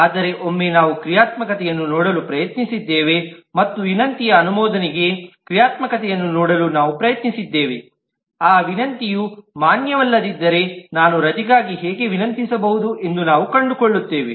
ಆದರೆ ಒಮ್ಮೆ ನಾವು ಕ್ರಿಯಾತ್ಮಕತೆಯನ್ನು ನೋಡಲು ಪ್ರಯತ್ನಿಸಿದ್ದೇವೆ ಮತ್ತು ವಿನಂತಿಯ ಅನುಮೋದನೆಯ ಕ್ರಿಯಾತ್ಮಕತೆಯನ್ನು ನೋಡಲು ನಾವು ಪ್ರಯತ್ನಿಸಿದ್ದೇವೆ ಆ ವಿನಂತಿಯು ಮಾನ್ಯವಲ್ಲದಿದ್ದರೆ ನಾನು ರಜೆಗಾಗಿ ಹೇಗೆ ವಿನಂತಿಸಬಹುದು ಎಂದು ನಾವು ಕಂಡುಕೊಳ್ಳುತ್ತೇವೆ